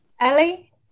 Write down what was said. Ellie